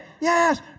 yes